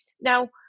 Now